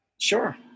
sure